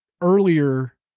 earlier